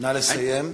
נא לסיים.